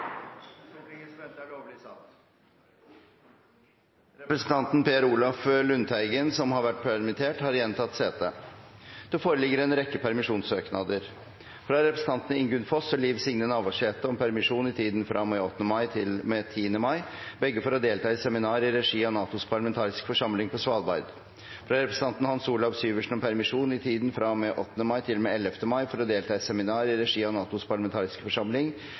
Representanten Per Olaf Lundteigen , som har vært permittert, har igjen tatt sete. Det foreligger en rekke permisjonssøknader: fra representantene Ingunn Foss og Liv Signe Navarsete om permisjon i tiden fra og med 8. mai til og med 10. mai, begge for å delta i seminar i regi av NATOs parlamentariske forsamling på Svalbard fra representanten Hans Olav Syversen om permisjon i tiden fra og med 8. mai til og med 11. mai, for å delta i seminar i regi av NATOs parlamentariske forsamling,